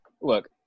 Look